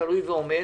תלוי ועומד,